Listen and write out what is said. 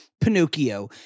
Pinocchio